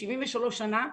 73 שנה,